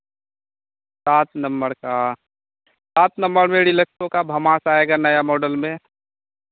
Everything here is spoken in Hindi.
सात नंबर का सात नंबर में रिलेक्सो का भमास आएगा नया मोडल में